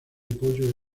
pollo